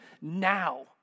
now